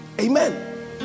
Amen